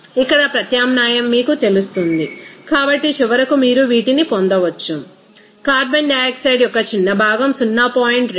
ఇక్కడ ప్రత్యామ్నాయం మీకు తెలుస్తుంది కాబట్టి చివరకు మీరు వీటిని పొందవచ్చు కార్బన్ డి ఆక్సైడ్ యొక్క చిన్న భాగం 0